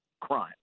crime